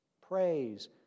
praise